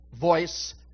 voice